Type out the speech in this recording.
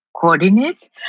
coordinates